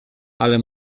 ale